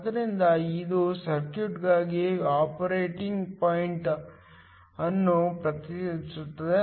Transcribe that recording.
ಆದ್ದರಿಂದ ಇದು ಸರ್ಕ್ಯೂಟ್ಗಾಗಿ ಆಪರೇಟಿಂಗ್ ಪಾಯಿಂಟ್ ಅನ್ನು ಪ್ರತಿನಿಧಿಸುತ್ತದೆ